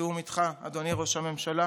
בתיאום איתך, אדוני ראש הממשלה.